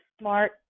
smart